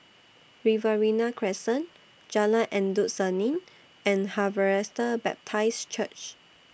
Riverina Crescent Jalan Endut Senin and Harvester Baptist Church